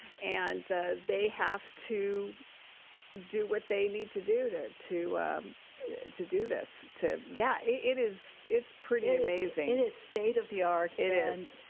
and they have to do what they need to do to to to do this. yeah, it it is, it's pretty amazing. it is state of the art. it and